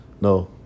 No